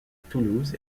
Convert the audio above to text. toulouse